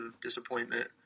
disappointment